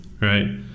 Right